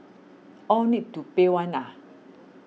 all need to pay one ah